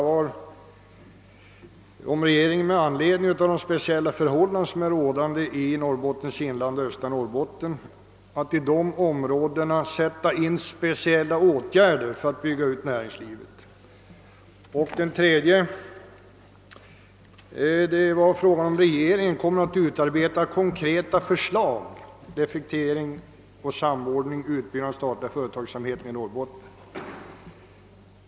Kommer regeringen med anledning av de särskilda förhållanden som är rådande i Norrbottens inland och i östra Norrbotten att i dessa områden sätta in speciella åtgärder för att bygga ut näringslivet? 3. Kommer regeringen att utarbeta konkreta förslag till effektivisering, samordning och utbyggnad av den statliga företagsamheten i Norrbotten?